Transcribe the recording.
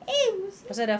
eh musibut